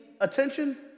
attention